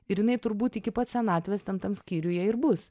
ir jinai turbūt iki pat senatvės ten tam skyriuje ir bus